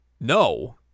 No